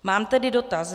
Mám tedy dotaz.